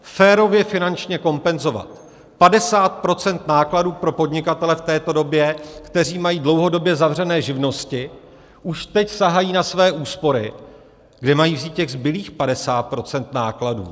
Férově je finančně kompenzovat, 50 % nákladů pro podnikatele v této době, kteří mají dlouhodobě zavřené živnosti, už teď sahají na své úspory, kde mají vzít těch zbylých 50 % nákladů?